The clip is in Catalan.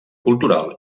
cultural